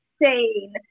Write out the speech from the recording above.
insane